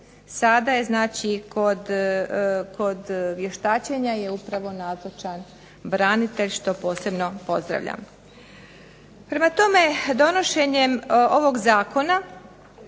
sada je kod vještačenja je nazočan branitelj što posebno pozdravljam. Prema tome, donošenjem ovog zakona